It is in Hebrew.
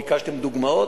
ביקשתם דוגמאות?